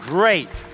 Great